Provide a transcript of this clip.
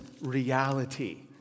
reality